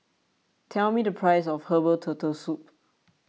tell me the price of Herbal Turtle Soup